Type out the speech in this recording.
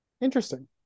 Interesting